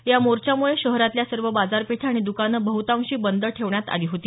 या मोर्चामुळे शहरातल्या सर्व बाजारपेठा आणि द्कानं बहतांशी बंद ठेवण्यात आली होती